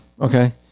Okay